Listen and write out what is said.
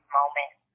moment